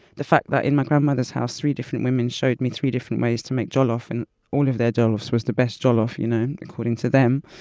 the fact that in my grandmother's house, three different women showed me three different ways to make jollof and all of their jollofs were the best jollof, you know? according to them,